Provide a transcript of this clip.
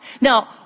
Now